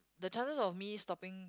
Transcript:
the chances of me stopping